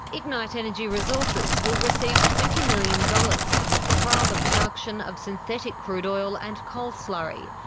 ignite energy resources will receive twenty million dollars to trial the production of synthetic crude oil and coal slurry.